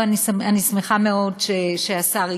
אני שמחה מאוד שהשר הגיע.